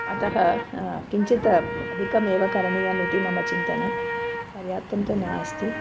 अतः किञ्चित् अधिकमेव करणीयम् इति मम चिन्तन पर्याप्तं तु नास्ति